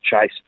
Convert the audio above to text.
chase